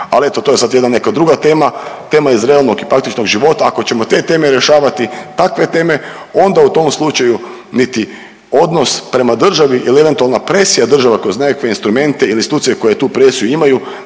Ali eto to je sada jedna neka druga tema, tema iz realnog i praktičnog života, ako ćemo te teme rješavati, takve teme onda u tom slučaju niti odnos prema državi ili eventualna presija država kroz nekakve instrumente ili institucije koje tu presiju imaju